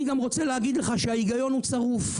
ההיגיון הוא צרוף,